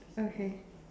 okay